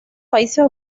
países